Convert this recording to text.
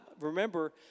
remember